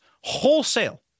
wholesale